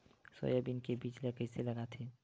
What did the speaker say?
Soybean के बीज ल कइसे लगाथे?